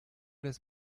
des